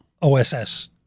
OSS